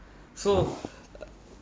so